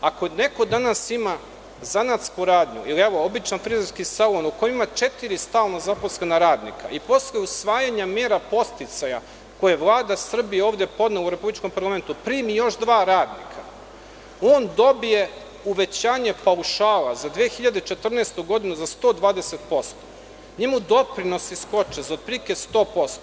Ako neko danas ima zanatsku radnju, evo običan frizerski salon, gde ima četiri stalno zaposlena radnika i posle usvajanja mera podsticaja, koje je Vlada Srbije ovde podnela u parlamentu, primi još dva radnika, on dobije uvećanje paušala za 2014. godinu za 120%, njemu doprinosi skoče za otprilike 100%